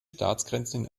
staatsgrenzen